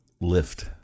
lift